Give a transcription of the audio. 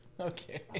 Okay